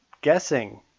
guessing